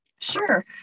Sure